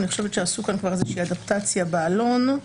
אני חושבת שעשו כאן איזושהי אדפטציה בעלון.